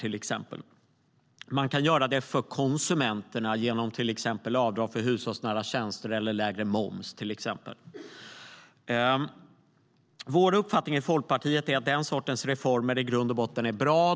Man kan sänka kostnaderna för konsumenterna, till exempel genom avdrag för hushållsnära tjänster eller lägre moms. Vår uppfattning i Folkpartiet är att den sortens reformer i grund och botten är bra.